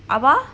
abah